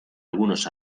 algunos